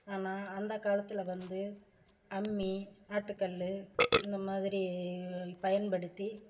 ஆனால் அந்த காலத்தில் வந்து அம்மி ஆட்டுக்கல் இந்த மாதிரி பயன்படுத்தி